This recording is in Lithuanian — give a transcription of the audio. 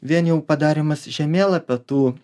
vien jau padarymas žemėlapio tų